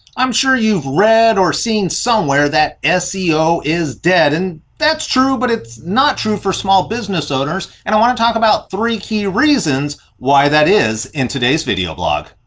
i'm sure you've read or seen somewhere that seo is dead. and that's true, but it's not true for small business owners. and i want to talk about three key reasons why that is in today's video blog.